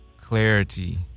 clarity